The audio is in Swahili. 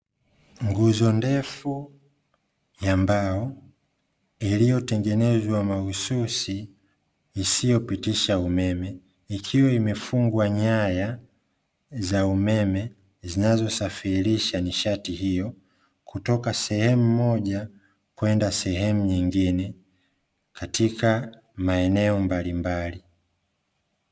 Nguzo ndefu ya mbao iliyotengenezwa mahususi isiyopitisha umeme, ikiwa imefungwa nyaya za umeme zinazosafirirsha nishati hiyo kutoka sehemu moja kwenda sehemu nyingine katika maeneo mbalimbali.